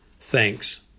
Thanks